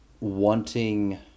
wanting